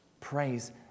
praise